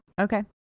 Okay